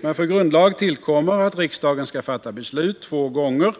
Men för grundlag tillkommer att riksdagen skall fatta beslut två gånger.